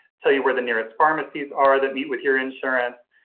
tell you where the nearest pharmacies are that meet with your insurance.